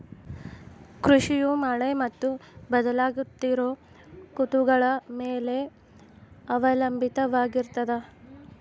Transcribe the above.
ಕೃಷಿಯು ಮಳೆ ಮತ್ತು ಬದಲಾಗುತ್ತಿರೋ ಋತುಗಳ ಮ್ಯಾಲೆ ಅವಲಂಬಿತವಾಗಿರ್ತದ